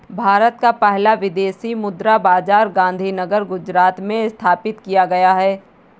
भारत का पहला विदेशी मुद्रा बाजार गांधीनगर गुजरात में स्थापित किया गया है